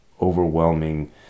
overwhelming